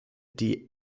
die